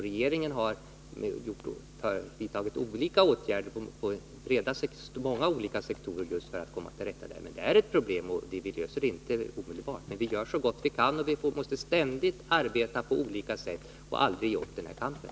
Regeringen har vidtagit olika åtgärder inom många olika sektorer just för att komma till rätta med problemet. Det är ett problem, men vi löser det inte omedelbart. Vi gör så gott vi kan och måste ständigt arbeta på olika sätt och aldrig ge upp den här kampen.